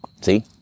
See